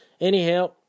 Anyhow